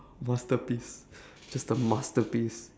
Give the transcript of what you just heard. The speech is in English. masterpiece just a masterpiece